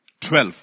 Twelve